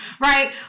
right